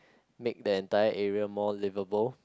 make the entire area more liveable